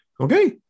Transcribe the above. Okay